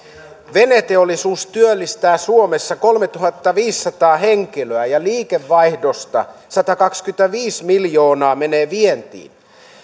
veneteollisuus työllistää suomessa kolmetuhattaviisisataa henkilöä ja liikevaihdosta satakaksikymmentäviisi miljoonaa menee vientiin